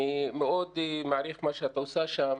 אני מאוד מעריך מה שאתה עושה שם.